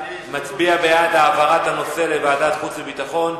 מצביע בעד העברת הנושא לוועדת החוץ והביטחון,